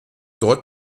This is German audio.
dort